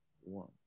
one